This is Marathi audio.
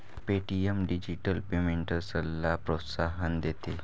पे.टी.एम डिजिटल पेमेंट्सला प्रोत्साहन देते